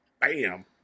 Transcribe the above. Bam